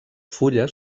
fulles